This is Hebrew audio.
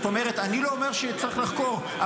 אני לא אומר שצריך לחקור,